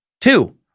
Two